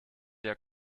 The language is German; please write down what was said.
der